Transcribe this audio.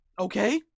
Okay